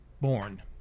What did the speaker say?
born